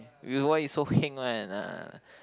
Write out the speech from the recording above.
will why you so heng one ah